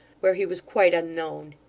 where he was quite unknown.